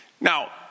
Now